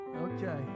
okay